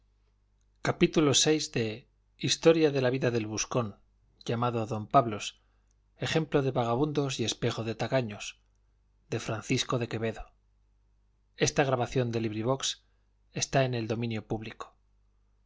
gutenberg ebook historia historia de la vida del buscón llamado don pablos ejemplo de vagamundos y espejo de tacaños de francisco de quevedo y villegas libro primero capítulo i en que